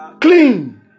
Clean